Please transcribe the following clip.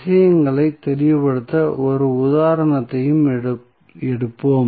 விஷயங்களை தெளிவுபடுத்த 1 உதாரணத்தையும் எடுப்போம்